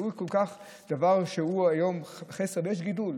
דבר שהוא היום בחסר, ויש גידול.